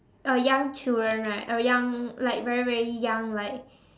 uh young children right uh young like very very young like